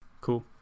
Cool